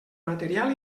material